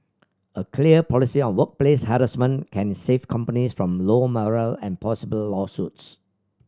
a clear policy on workplace harassment can save companies from low morale and possibly lawsuits